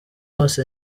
bose